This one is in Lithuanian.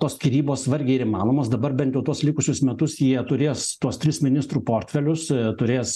tos skyrybos vargiai ir įmanomos dabar bent jau tuos likusius metus jie turės tuos tris ministrų portfelius turės